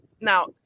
now